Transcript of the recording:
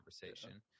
conversation